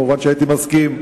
מובן שהייתי מסכים,